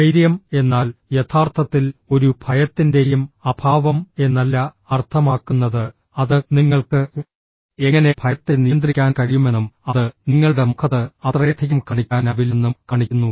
ധൈര്യം എന്നാൽ യഥാർത്ഥത്തിൽ ഒരു ഭയത്തിന്റെയും അഭാവം എന്നല്ല അർത്ഥമാക്കുന്നത് അത് നിങ്ങൾക്ക് എങ്ങനെ ഭയത്തെ നിയന്ത്രിക്കാൻ കഴിയുമെന്നും അത് നിങ്ങളുടെ മുഖത്ത് അത്രയധികം കാണിക്കാനാവില്ലെന്നും കാണിക്കുന്നു